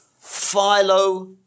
Philo